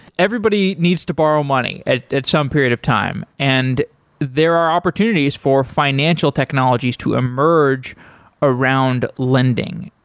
everybody needs to borrow money at at some period of time, and there are opportunities for financial technologies to emerge around lending.